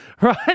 Right